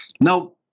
Now